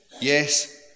Yes